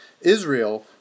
Israel